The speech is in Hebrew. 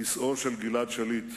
כיסאו של גלעד שליט.